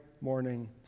morning